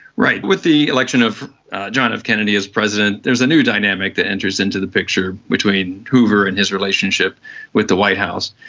right, with the election of john f kennedy as president, there is a new dynamic which enters into the picture between hoover and his relationship with the white house.